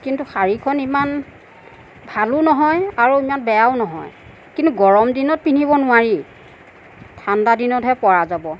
কিন্তু শাৰীখন ইমান ভালো নহয় আৰু ইমান বেয়াও নহয় কিন্তু গৰম দিনত পিন্ধিব নোৱাৰি ঠাণ্ডা দিনতহে পৰা যাব